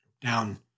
down